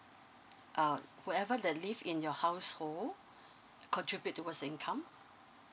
uh whoever that live in your household contribute towards the income